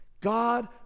God